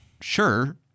sure